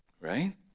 right